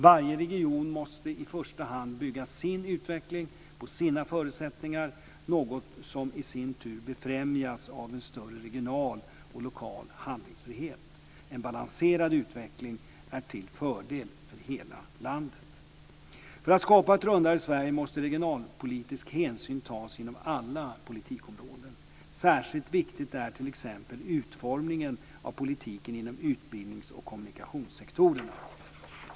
Varje region måste i första hand bygga sin utveckling på sina förutsättningar, något som i sin tur befrämjas av en större regional och lokal handlingsfrihet. En balanserad utveckling är till fördel för hela landet. För att skapa ett rundare Sverige måste regionalpolitisk hänsyn tas inom alla politikområden. Särskilt viktigt är t.ex. utformningen av politiken inom utbildnings och kommunikationssektorerna.